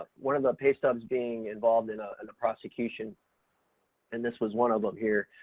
one of the pay stubs being, involved in a and prosecution and this was one of them here.